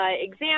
exam